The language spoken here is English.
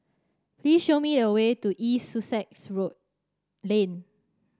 please show me the way to East Sussex Road Lane